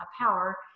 power